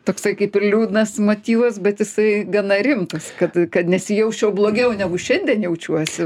toksai kaip ir liūdnas motyvas bet jisai gana rimtas kad kad nesijausčiau blogiau negu šiandien jaučiuosi